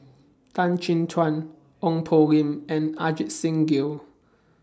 Tan Chin Tuan Ong Poh Lim and Ajit Singh Gill